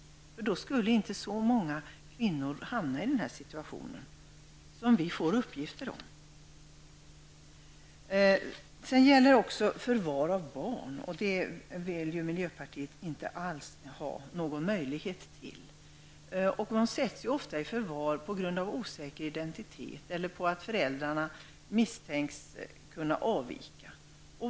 Då skulle nämligen inte så många kvinnor som vi får uppgift om hamna i denna situation. Sedan har vi frågan om förvar av barn. Miljöpartiet vill inte ha någon möjlighet alls till detta. Barnen sätts ofta i förvar på grund av osäker identitet eller på grund av att föräldrarna kan misstänkas avvika.